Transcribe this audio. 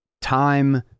time